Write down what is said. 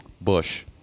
Bush